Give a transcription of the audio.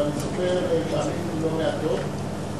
אבל אני זוכר פעמים לא מעטות,